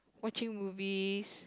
watching movies